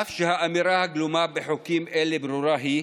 אף שהאמירה הגלומה בחוקים אלה ברורה היא,